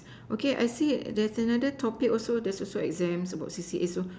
okay I see there's another topic also there's also exams about C_C_A also